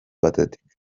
batetik